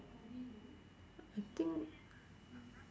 I think